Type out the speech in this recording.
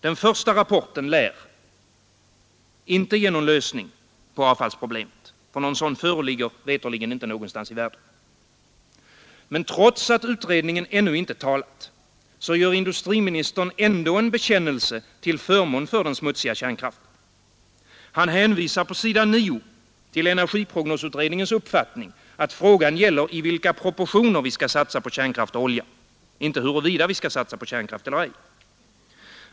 Den första rapporten lär inte ge någon lösning på avfallsproblemet, och någon sådan föreligger veterligen inte någonstans i världen. Men trots att utredningen ännu inte talat, gör industriministern ändå en bekännelse till förmån för den smutsiga kärnkraften. Han hänvisar till energiprognosutredningens uppfattning att frågan gäller i vilka proportioner vi skall satsa på kärnkraft och olja, inte huruvida vi skall satsa på kärnkraft eller ej.